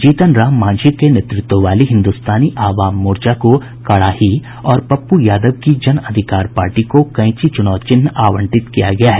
जीतन राम मांझी के नेतृत्व वाली हिन्दुस्तानी आवाम मोर्चा को कड़ाही और पप्पू यादव की जन अधिकार पार्टी को कैंची चुनाव चिन्ह आवंटित किया गया है